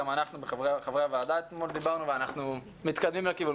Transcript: חברי הוועדה דיברנו על כך ואנחנו מתקדמים לכיוון.